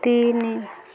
ତିନି